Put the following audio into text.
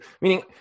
Meaning